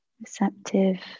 receptive